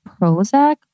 Prozac